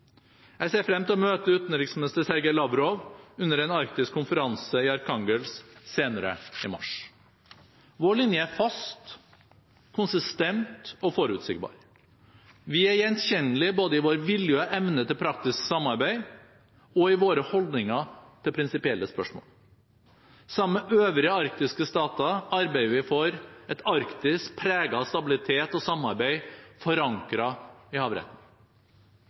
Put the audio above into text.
Jeg ser frem til å møte utenriksminister Sergej Lavrov under en Arktis-konferanse i Arkhangelsk senere i mars. Vår linje er fast, konsistent og forutsigbar. Vi er gjenkjennelige både i vår vilje og evne til praktisk samarbeid og i våre holdninger til prinsipielle spørsmål. Sammen med øvrige arktiske stater arbeider vi for et Arktis preget av stabilitet og samarbeid forankret i havretten.